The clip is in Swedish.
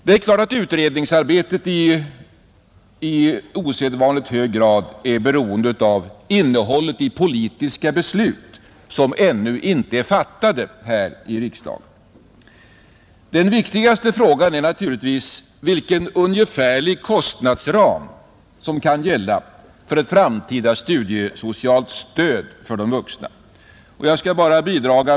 Det är klart att utredningsarbetet är i osedvanligt hög grad beroende av innehållet i politiska beslut, som ännu inte är fattade här i riksdagen. Den viktigaste frågan är naturligtvis vilken ungefärlig kostnadsram som kan gälla för ett framtida studiesocialt stöd för de vuxna.